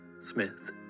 Smith